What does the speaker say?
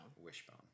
Wishbone